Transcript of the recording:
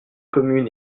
commune